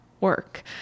work